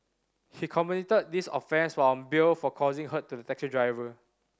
he committed this offence while on bail for causing hurt to the taxi driver